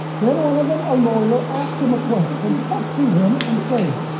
then one of them, a lawyer, asked him a question, testing him, and saying.